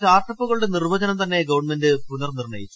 സ്റ്റാർട്ടപ്പുകളുടെ നിർവചനം തന്നെ ഗവൺമെന്റ് പുനർനിർണയിച്ചു